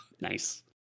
Nice